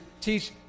teach